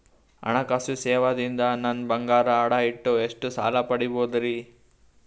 ಹಣಕಾಸು ಸೇವಾ ದಿಂದ ನನ್ ಬಂಗಾರ ಅಡಾ ಇಟ್ಟು ಎಷ್ಟ ಸಾಲ ಪಡಿಬೋದರಿ?